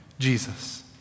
Jesus